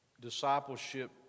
discipleship